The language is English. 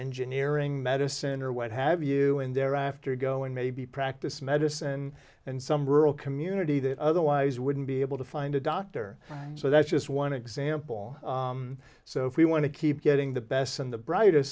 engineering medicine or what have you and thereafter go and maybe practice medicine and some rural community that otherwise wouldn't be able to find a doctor so that's just one example so if we want to keep getting the best and the brightest